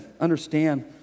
understand